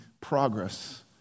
progress